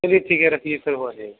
चलिए ठीक है रखिए फिर